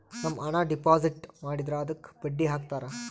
ನಮ್ ಹಣ ಡೆಪಾಸಿಟ್ ಮಾಡಿದ್ರ ಅದುಕ್ಕ ಬಡ್ಡಿ ಹಕ್ತರ